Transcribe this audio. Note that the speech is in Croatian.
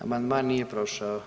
Amandman nije prošao.